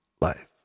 life